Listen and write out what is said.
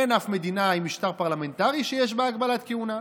אין אף מדינה עם משטר פרלמנטרי שיש בה הגבלת כהונה.